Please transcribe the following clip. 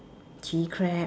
chilli crab